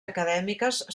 acadèmiques